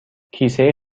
کیسه